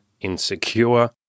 insecure